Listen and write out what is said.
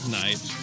night